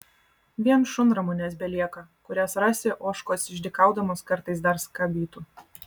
vien šunramunės belieka kurias rasi ožkos išdykaudamos kartais dar skabytų